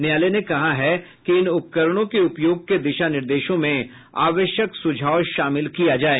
न्यायालय ने कहा है कि इन उपकरणों के उपयोग के दिशा निर्देशों में आवश्यक सुझाव शामिल किया जाये